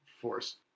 Force